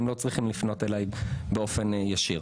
הם לא צריכים לפנות אליי באופן ישיר.